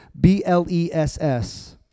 B-L-E-S-S